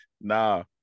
nah